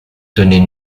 tenait